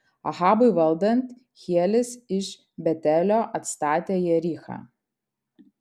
ahabui valdant hielis iš betelio atstatė jerichą